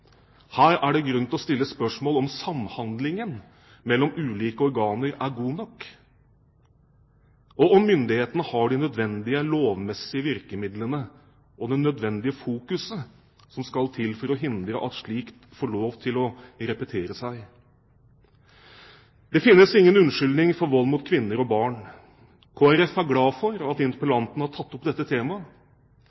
er det grunn til å stille spørsmål om samhandlingen mellom ulike organer er god nok, og om myndighetene har de nødvendige lovmessige virkemidlene og det nødvendige fokuset som skal til for å hindre at slikt får lov til å gjenta seg. Det finnes ingen unnskyldning for vold mot kvinner og barn. Kristelig Folkeparti er glad for at